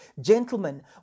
Gentlemen